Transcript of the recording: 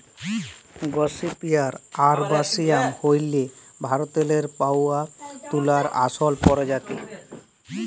gossypium arboreum হ্যইল ভারতেল্লে পাউয়া তুলার আসল পরজাতি